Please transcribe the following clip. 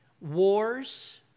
wars